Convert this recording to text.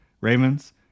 Ravens